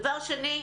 דבר שני,